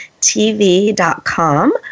tv.com